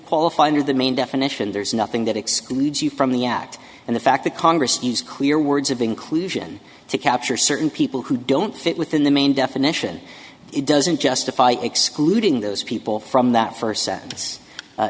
qualify under the main definition there's nothing that excludes you from the act and the fact that congress needs clear words of inclusion to capture certain people who don't fit within the main definition it doesn't justify excluding those people from that first